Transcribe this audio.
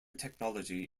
technology